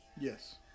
yes